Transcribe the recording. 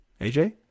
aj